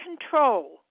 control